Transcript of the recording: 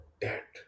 dead